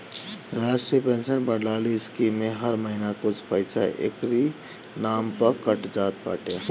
राष्ट्रीय पेंशन प्रणाली स्कीम में हर महिना कुछ पईसा एकरी नाम पअ कट जात बाटे